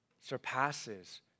surpasses